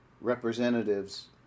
Representatives